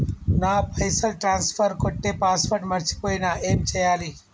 నా పైసల్ ట్రాన్స్ఫర్ కొట్టే పాస్వర్డ్ మర్చిపోయిన ఏం చేయాలి?